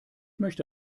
möchte